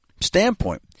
standpoint